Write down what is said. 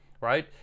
right